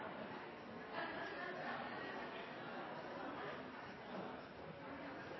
er privat. Jeg har